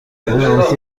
حواست